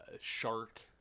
shark